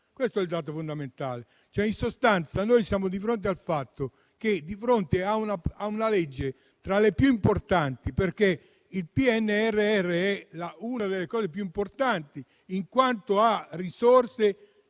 Questo è il dato fondamentale.